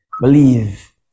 believe